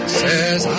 says